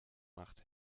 macht